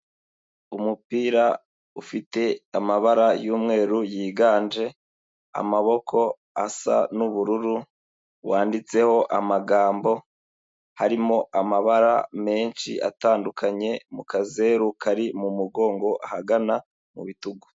Umupira ufite amabara y'umweru yiganje, amaboko asa n'ubururu, wanditseho amagambo, harimo amabara menshi atandukanye mu kazeru kari mu mugongo ahagana mu bitugu.